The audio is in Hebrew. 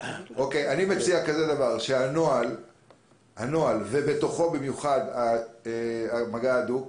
אני מציע שהנוהל ובתוכו במיוחד מגע הדוק,